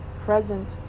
present